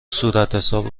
صورتحساب